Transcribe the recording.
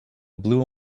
blue